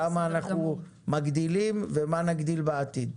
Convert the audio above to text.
כמה אנחנו מגדילים ומה נגדיל בעתיד.